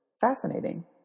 fascinating